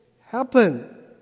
happen